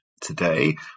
today